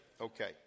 Okay